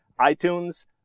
itunes